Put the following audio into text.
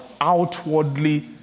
outwardly